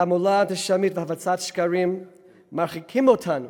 תעמולה אנטישמית והפצת שקרים מרחיקות אותנו